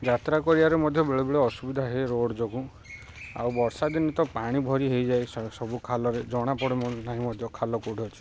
ଯାତ୍ରା କରିବାରେ ମଧ୍ୟ ବେଳେବେଳେ ଅସୁବିଧା ହେଇଏ ରୋଡ଼୍ ଯୋଗୁଁ ଆଉ ବର୍ଷା ଦିନ ତ ପାଣି ଭରି ହେଇଯାଏ ସବୁ ଖାଲରେ ଜଣା ପଡ଼େ ନାହିଁ ମଧ୍ୟ ଖାଲ କୋଉଠି ଅଛି